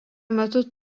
metu